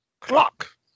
clock